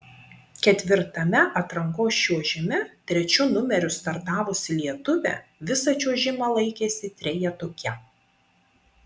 ketvirtame atrankos čiuožime trečiu numeriu startavusi lietuvė visą čiuožimą laikėsi trejetuke